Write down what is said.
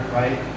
right